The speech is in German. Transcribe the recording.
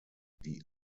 die